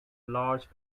large